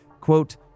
Quote